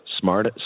smart